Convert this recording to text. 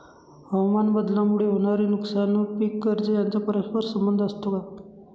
हवामानबदलामुळे होणारे नुकसान व पीक कर्ज यांचा परस्पर संबंध असतो का?